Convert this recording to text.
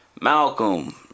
Malcolm